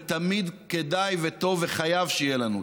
ותמיד כדאי וטוב וחייבים שיהיו לנו,